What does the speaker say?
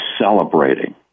celebrating